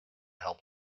help